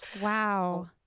Wow